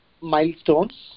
milestones